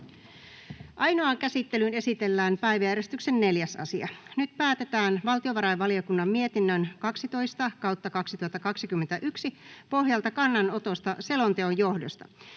Ainoaan käsittelyyn esitellään päiväjärjestyksen 4. asia. Nyt päätetään valtiovarainvaliokunnan mietinnön VaVM 12/2021 vp pohjalta kannanotosta selonteon johdosta.